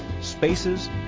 spaces